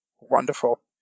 Wonderful